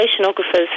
oceanographers